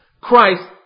Christ